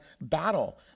battle